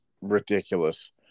ridiculous